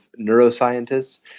neuroscientists